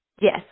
Yes